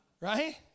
Right